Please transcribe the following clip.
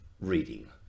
reading